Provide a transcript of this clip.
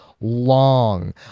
long